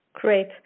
Great